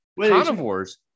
carnivores